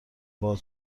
باهات